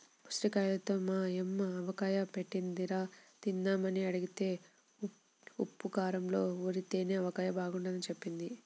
ఉసిరిగాయలతో మా యమ్మ ఆవకాయ బెట్టిందిరా, తిందామని అడిగితే ఉప్పూ కారంలో ఊరితేనే ఆవకాయ బాగుంటదని జెప్పింది